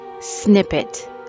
snippet